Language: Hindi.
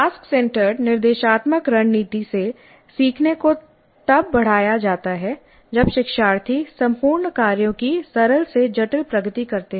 टास्क सेंटर्ड निर्देशात्मक रणनीति से सीखने को तब बढ़ाया जाता है जब शिक्षार्थी संपूर्ण कार्यों की सरल से जटिल प्रगति करते हैं